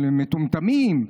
של מטומטמים?